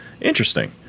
Interesting